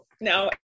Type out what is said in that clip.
no